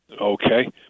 Okay